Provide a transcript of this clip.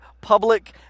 public